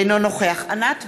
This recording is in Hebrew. אינו נוכח ענת ברקו,